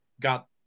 got